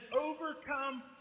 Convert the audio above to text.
overcome